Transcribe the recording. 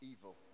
evil